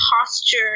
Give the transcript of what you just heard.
posture